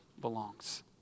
belongs